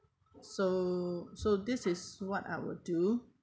so so this is what I would do